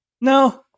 No